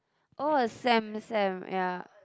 oh Sam Sam ya